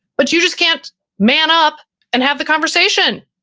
but you just can't man up and have the conversation.